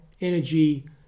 energy